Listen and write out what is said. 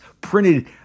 Printed